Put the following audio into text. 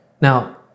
Now